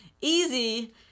easy